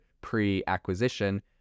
pre-acquisition